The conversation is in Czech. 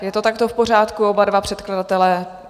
Je to takto v pořádku, oba dva předkladatelé?